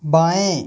बाएँ